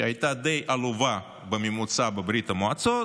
שהייתה בממוצע די עלובה בברית המועצות,